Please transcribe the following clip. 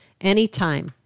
anytime